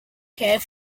care